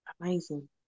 Amazing